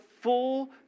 full